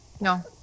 No